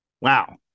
Wow